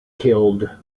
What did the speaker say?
killed